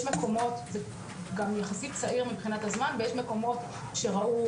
יש מקומות גם יחסית צעיר מבחינת הזמן ויש מקומות שראו,